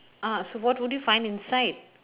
ah so what would you find inside